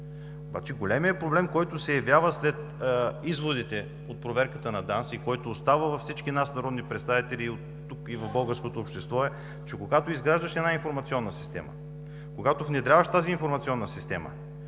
стоки. Големият проблем обаче, който се явява след изводите от проверката на ДАНС и остава за всички народни представители и за българското общество, е, че когато изграждаш информационна система, когато внедряваш тази информационна система,